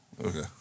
Okay